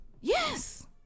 yes